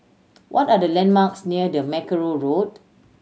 what are the landmarks near the Mackerrow Road